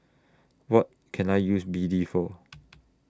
What Can I use B D For